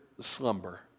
slumber